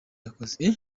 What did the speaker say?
yakoze